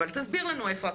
אבל תסביר לנו איפה הכסף,